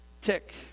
tick